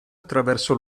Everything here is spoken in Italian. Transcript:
attraverso